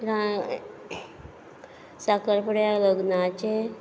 सकाळ फुडें लग्नाचें